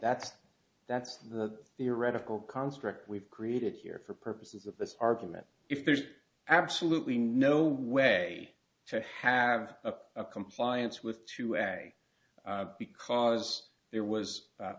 that's that's the theoretical construct we've created here for purposes of this argument if there's absolutely no way to have a compliance with to add a because there was